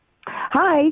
Hi